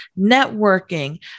networking